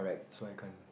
so I can't